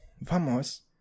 vamos